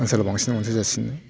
ओनसोलाव बांसिन अनसाय जासिनो